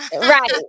Right